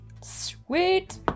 Sweet